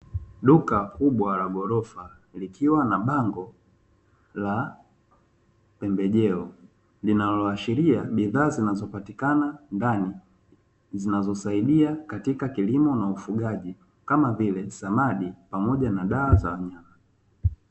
Duka kubwa la ghorofa likiwa na bango la pembejeo, linaloashiria bidhaa zinazoashiria bidhaa ndani zinazopatikana ndani, zinazosaidia katika kilimo na ufugaji kama vile samadi pamoja na dawa za wanyama.